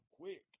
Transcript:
quick